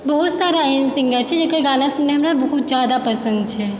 बहुत सारा एहन सिङ्गर छै जकर गाना सुननाइ हमरा बहुत जादा पसन्द छै